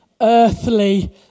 earthly